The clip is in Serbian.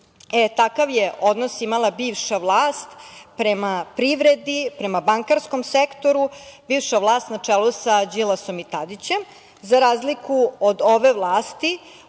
je odnos imala bivša vlast prema privredi, prema bankarskom sektoru, bivša vlast na čelu sa Đilasom i Tadićem, za razliku od ove vlasti,